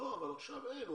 אבל עכשיו אין.